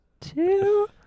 two